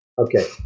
Okay